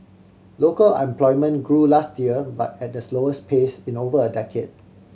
local employment grew last year but at the slowest pace in over a decade